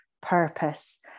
purpose